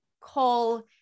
call